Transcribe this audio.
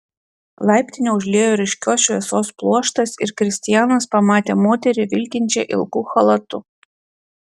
laiptinę užliejo ryškios šviesos pluoštas ir kristianas pamatė moterį vilkinčią ilgu chalatu